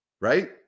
right